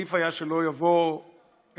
עדיף היה שלא יבוא לעולם,